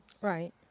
right